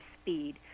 speed